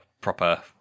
proper